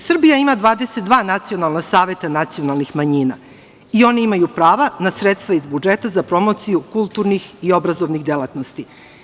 Srbija ima 22 nacionalna saveta nacionalnih manjina i oni imaju prava na sredstva iz budžeta za promociju kulturnih i obrazovnih delatnosti.